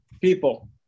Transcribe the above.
people